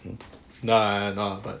no lah no lah but